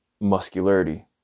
muscularity